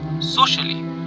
socially